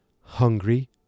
hungry